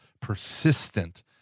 persistent